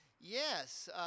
yes